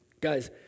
Guys